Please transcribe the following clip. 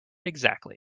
exactly